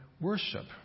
worship